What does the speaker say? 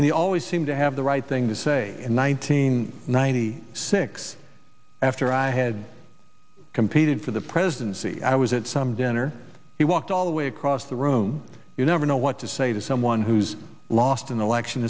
and he always seemed to have the right thing to say in one team ninety six after i had competed for the presidency i was at some dinner he walked all the way across the room you never know what to say to someone who's lost an election